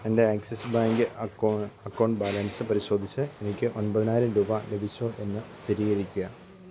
എൻ്റെ Axis bank account account balance പരിശോധിച്ച് എനിക്ക് ഒൻപതിനായിരം രൂപ ലഭിച്ചോ എന്ന് സ്ഥിരീകരിക്കുക